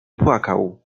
płakał